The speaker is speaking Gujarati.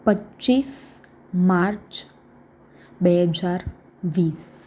પચીસ માર્ચ બે હજાર વીસ